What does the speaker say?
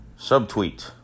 Subtweet